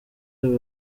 aba